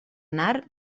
anar